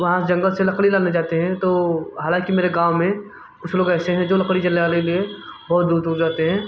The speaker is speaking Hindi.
वहाँ जंगल से लकड़ी लाने जाते हैं तो हालांकि मेरे गाँव में कुछ लोग ऐसे हैं जो लकड़ी जलाने के लिए बहुत दूर दूर जाते हैं